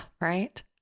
right